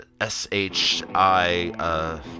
S-H-I